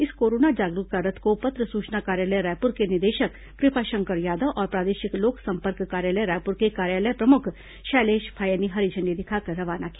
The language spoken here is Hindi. इस कोरोना जागरूकता रथ को पत्र सूचना कार्यालय रायपुर के निदेशक कृपाशंकर यादव और प्रादेशिक लोकसंपर्क कार्यालय रायपुर के कार्यालय प्रमुख शैलेष फाये ने हरी झण्डी दिखाकर रवाना किया